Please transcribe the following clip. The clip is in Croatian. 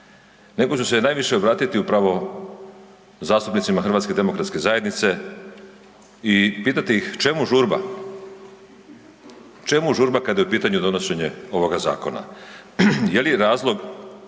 nego ću se najviše obratiti upravo zastupnicima HDZ-a i pitati ih čemu žurba, čemu žurba kada je u pitanju donošenje ovoga zakona? Je li razlog,